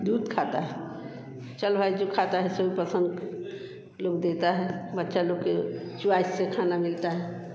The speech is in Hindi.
दूध खाते हैं चल भाई जो खाता है सो पसंद लोग देते हैं बच्चे लोग की चॉइस से खाना मिलता है